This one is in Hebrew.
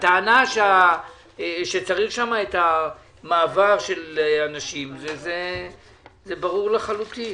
הטענה שצריך שם מעבר של אנשים, זה ברור לחלוטין.